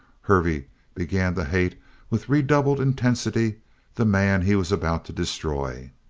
hervey began to hate with redoubled intensity the man he was about to destroy.